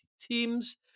teams